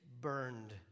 burned